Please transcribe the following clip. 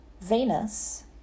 Venus